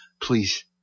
Please